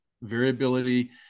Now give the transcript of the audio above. Variability